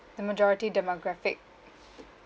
the majority demographic